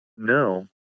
No